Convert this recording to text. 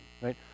right